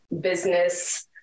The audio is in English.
business